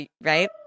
right